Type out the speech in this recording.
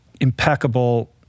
impeccable